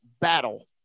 battle